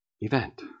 event